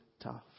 tough